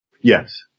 Yes